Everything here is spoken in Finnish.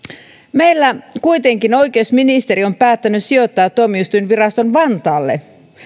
meillä kuitenkin oikeusministeri on päättänyt sijoittaa tuomioistuinviraston vantaalle